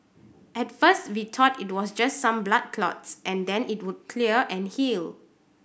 at first we thought it was just some blood clots and then it would clear and heal